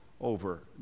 over